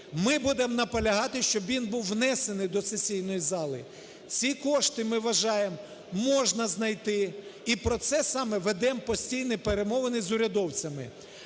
Ми будем наполягати, щоб він був внесений до сесійної зали. Ці кошти, ми вважаєм, можна знайти, і про це саме ведем постійні перемовини з урядовцями.